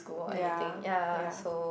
ya ya